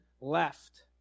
left